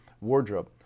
wardrobe